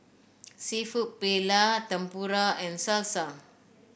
seafood Paella Tempura and Salsa